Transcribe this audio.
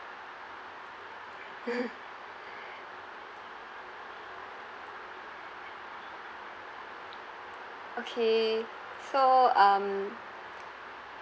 okay so um